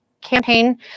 campaign